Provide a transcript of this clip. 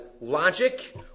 logic